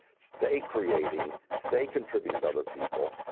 stay creating, stay contributing to other people.